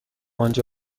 آنجا